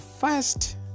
first